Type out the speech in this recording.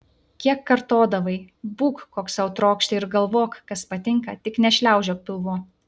kiek kartodavai būk koks sau trokšti ir galvok kas patinka tik nešliaužiok pilvu